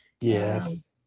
Yes